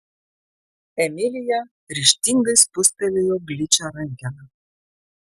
emilija ryžtingai spustelėjo gličią rankeną